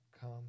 Come